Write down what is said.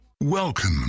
Welcome